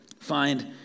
Find